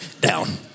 Down